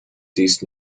this